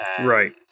Right